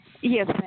Yes